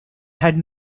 had